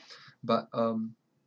but um